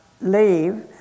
leave